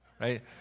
right